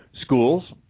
schools